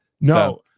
No